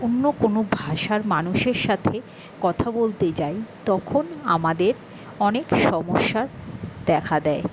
অন্য কোনও ভাষার মানুষের সাথে কথা বলতে যাই তখন আমাদের অনেক সমস্যা দেখা দেয়